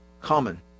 common